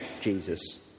Jesus